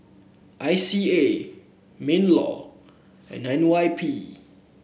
I C A Minlaw and N Y P